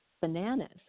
bananas